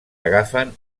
agafen